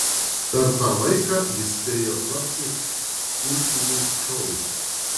per tą laiką jis spėjo tapti kultiniu šou